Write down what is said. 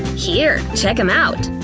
here, check em out!